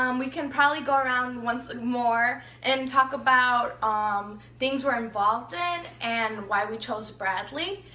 um we can probably go around once more and talk about um things we're involved in, and why we chose bradley.